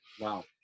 Wow